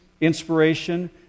inspiration